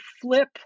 flip